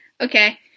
Okay